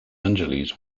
angeles